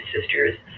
sisters